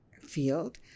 field